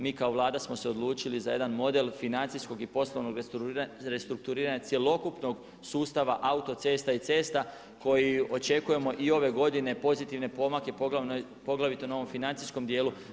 Mi kao Vlada smo se odlučili za jedan model financijskog i poslovnog restrukturiranja cjelokupnog sustava autocesta i cesta koji očekujemo i ove godine pozitivne pomake poglavito na ovom financijskom dijelu.